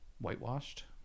whitewashed